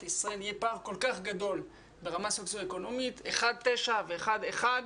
ישראל יהיה פער כל כך גדול ברמה סוציו-אקונומית 1.9 ו-1.1.